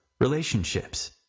relationships